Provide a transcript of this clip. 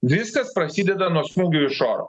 viskas prasideda nuo smūgių iš oro